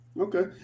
okay